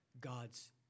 God's